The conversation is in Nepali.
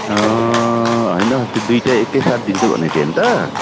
होइन अस्ति दुइवटै एकै साथ दिन्छु भनेको थिएँ होइन त